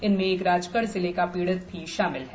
इनमें एक राजगढ़ जिले का पीड़ित भी शामिल है